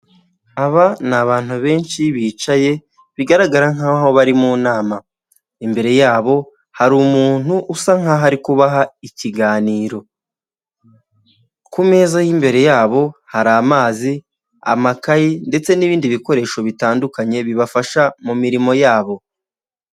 Aba ni abantu benshi bicaye bigaragara nkaho bari mu nama, imbere yabo hari umuntu usa nk'aho ari kubaha ikiganiro, ku meza aho imbere yabo hari amazi, amakayi, ndetse n'ibindi bikoresho bitandukanye bibafasha mu mirimo yabo.